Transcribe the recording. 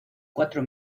cuatro